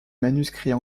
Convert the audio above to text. manuscrits